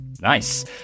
Nice